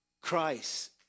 Christ